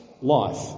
life